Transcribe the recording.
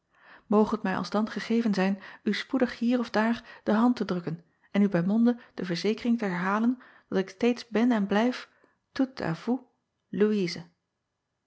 het mij alsdan gegeven zijn u spoedig hier of daar de hand te drukken en u bij monde de verzekering te herhalen dat ik steeds ben en blijf oute